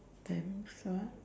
dreams what